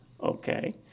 okay